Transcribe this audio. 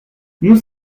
nous